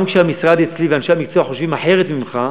גם כשהמשרד ואנשי המקצוע אצלי חושבים אחרת ממך,